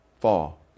fall